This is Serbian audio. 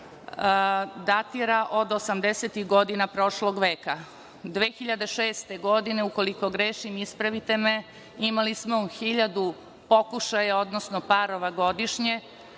datira od 80-tih godina prošlog veka. Godine 2006, ukoliko grešim, ispravite me, imali smo 1.000 pokušaja, odnosno parova godišnje,